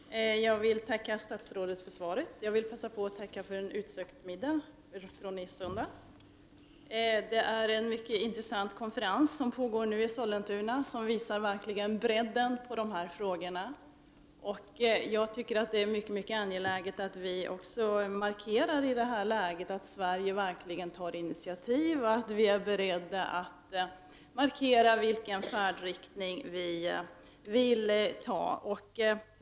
Herr talman! Jag vill tacka statsrådet för svaret. Jag vill också passa på att tacka för en utsökt middag i söndags. Det är en mycket intressant konferens som nu pågår i Sollentuna — den visar verkligen bredden i de här frågorna. Jag tycker att det är mycket angeläget att vi i den här situationen verkligen markerar att Sverige tar initiativ och i vilken riktning de går.